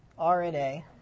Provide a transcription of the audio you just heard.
RNA